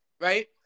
right